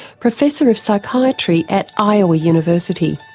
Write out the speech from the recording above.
professor of psychiatry at iowa university.